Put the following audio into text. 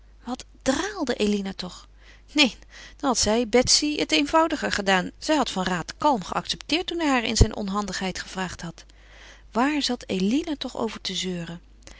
wat draalde eline toch neen dan had zij betsy het eenvoudiger gedaan zij had van raat kalm geaccepteerd toen hij haar in zijn onhandigheid gevraagd had waar zat eline toch over te zeuren